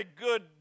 good